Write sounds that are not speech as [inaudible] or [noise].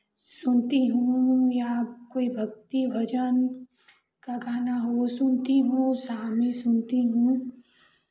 सुनती हूँ या कोइ भक्ति भजन का गाना हो वो सुनती हूँ [unintelligible] सुनती हूँ